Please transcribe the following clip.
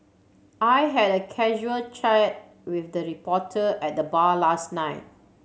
I had a casual chat with a reporter at the bar last night